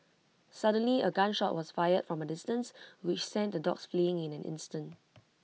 suddenly A gun shot was fired from A distance which sent the dogs fleeing in an instant